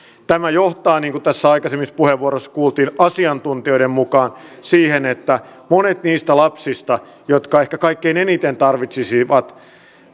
tämä johtaa niin kuin tässä aikaisemmissa puheenvuoroissa kuultiin asiantuntijoiden mukaan siihen että monet niistä lapsista jotka ehkä kaikkein eniten tarvitsisivat